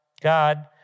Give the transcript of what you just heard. God